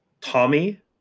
Tommy